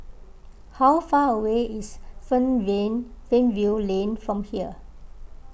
how far away is Fernvale Lane from here